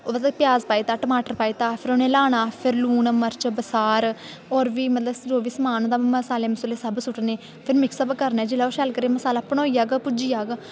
ओह् बिच्च प्याज पाई दित्ता टमाटर पाई दित्ता फिर उ'नें गी लाना फिर लून मर्च बसार होर बी मतलब समान होंदा मर्चां मसाले मुसाले सब सुटने फिर मिक्स अप करने फिर शैल करियै मसाला होई जाह्ग पुज्जी जाह्ग